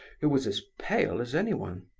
who was as pale as anyone.